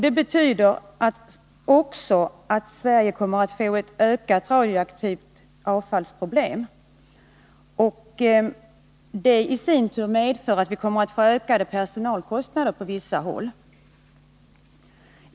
Det betyder att Sverige kommer att få ökade problem med radioaktivt avfall, vilket i sin tur medför ökade personalkostnader på vissa håll.